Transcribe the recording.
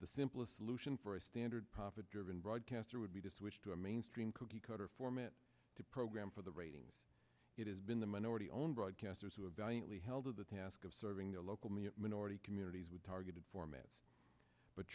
the simplest solution for a standard profit driven broadcaster would be to switch to a mainstream cookie cutter format to program for the ratings it has been the minority owned broadcasters who have valiantly held to the task of serving the local media minority communities with targeted formats but